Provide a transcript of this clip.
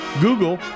Google